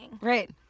Right